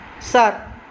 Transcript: sir